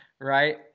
Right